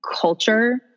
culture